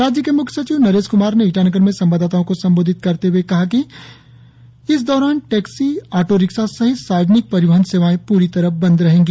राज्य के मुख्य सचिव नरेश कुमार ने ईटानगर में संवाददाताओं को संबोधित करते हुए कहा कि बताया कि इस दौरान टैक्सी ऑटोरिक्शा सहित सार्वजनिक परिवहन सेवाएं पूरी तरह बंद रहेगी